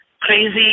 crazy